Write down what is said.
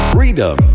Freedom